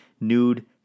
nude